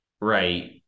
right